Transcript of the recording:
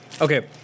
okay